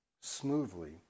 smoothly